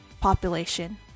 population